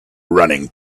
running